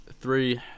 Three